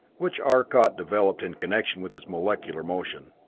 which arcot developed in connection with his molecular motion.